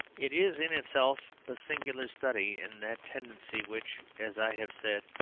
it is in itself a singular study in that tendency which, as i have said,